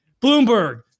Bloomberg